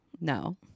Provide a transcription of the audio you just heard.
no